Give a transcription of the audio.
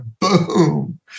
boom